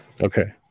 okay